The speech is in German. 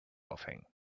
aufhängen